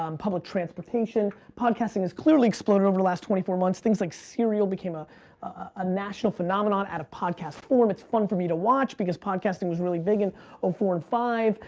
um public transportation. podcasting has clearly exploded over the last twenty four months. things like serial became ah a national phenomenon. at a podcast form. it's fun for me to watch because podcasting was really big in ah four and five.